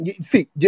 See